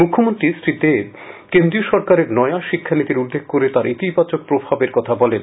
মুখ্যমন্ত্রী শ্রী দেব কেন্দ্রীয় সরকারের নয়া শিক্ষা নীতির উল্লেখ করে তার ইতিবাচক প্রভাবের কথা বলেন